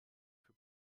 für